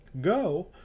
Go